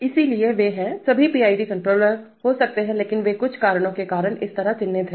इसलिए वे हैं सभी PID कण्ट्रोलर हो सकते हैं लेकिन वे कुछ कारणों के कारण इस तरह चिह्नित हैं